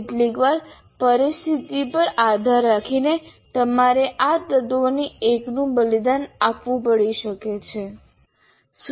કેટલીકવાર પરિસ્થિતિ પર આધાર રાખીને તમારે આ તત્વોમાંથી એકનું બલિદાન આપવું પડી શકે છે